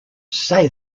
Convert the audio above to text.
say